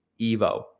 Evo